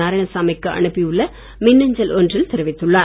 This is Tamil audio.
நாராயணசாமிக்கு அனுப்பியுள்ள மின் அஞ்சல் ஒன்றில் தெரிவித்துள்ளார்